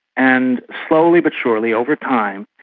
and slowly but surely over time,